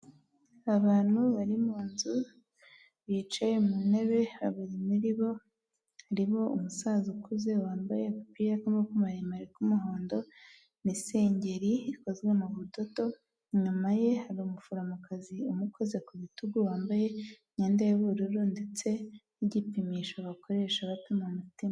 Abantu bari mu nzu bicaye mu ntebe babiri muri bo harimo umusaza ukuze wambaye agapira k'amaboko maremare k'umuhondo n'isengeri ikozwe mu budodo inyuma ye hari umuforomokazi umukoze ku bitugu wambaye imyenda y'ubururu ndetse n'igipimisho bakoresha bapima umutima.